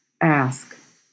Ask